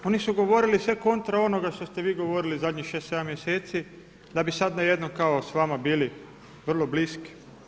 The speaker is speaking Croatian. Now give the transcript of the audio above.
Oni su govorili sve kontra onoga što ste vi govorili zadnjih 6, 7 mjeseci da bi sad najednom kao sa vama bili vrlo bliski.